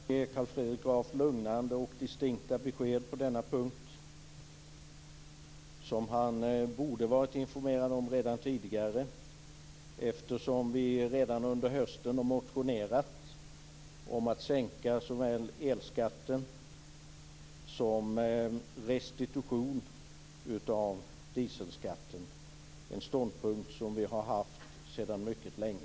Fru talman! Jag kan ge Carl Fredrik Graf lugnande och distinkta besked på denna punkt, besked som han borde ha varit informerad om tidigare, eftersom vi redan under hösten har motionerat om såväl en sänkning av elskatten som en restitution av dieselskatten. Det är en ståndpunkt som vi har haft sedan mycket länge.